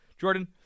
Jordan